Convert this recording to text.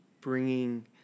bringing